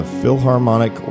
Philharmonic